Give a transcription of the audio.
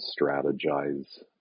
strategize